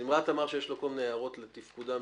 זמרת אמר שיש לו כל מיני הערות לתפקוד --- הזיקות.